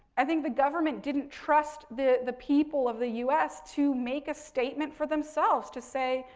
i think, the government didn't trust the the people of the us to make a statement for themselves, to say,